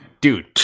dude